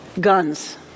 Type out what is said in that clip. guns